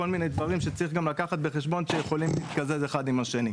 וכל מיני דברים שצריך לקחת גם בחשבון שיכולים להתקזז האחד עם השני.